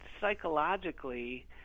psychologically